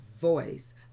voice